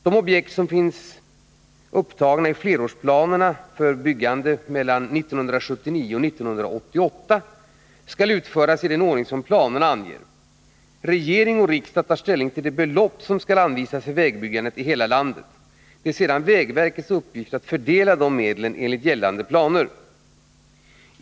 De objekt som finns upptagna i flerårsplanerna för byggande åren 1979-1988 skall utföras i den ordning som planerna anger. Regering och riksdag tar ställning till det belopp som skall anvisas för vägbyggandet i hela landet. Det är sedan vägverkets uppgift att fördela dessa medel enligt gällande planer.